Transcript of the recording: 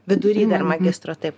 vidury dar magistro taip